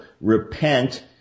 Repent